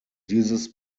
dieses